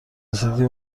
رسیدی